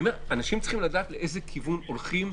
אנשים צריכים לדעת לאיזה כיוון הולכים,